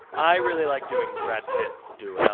i really like doing brad pitt do it